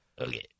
Okay